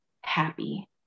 happy